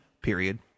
period –